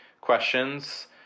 questions